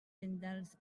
tendals